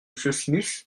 smith